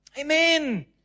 Amen